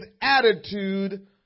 attitude